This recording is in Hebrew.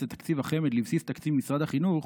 את תקציב החמ"ד לבסיס תקציב משרד החינוך,